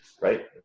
Right